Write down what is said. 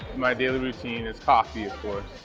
my daily routine is coffee, of course,